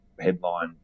headline